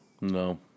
No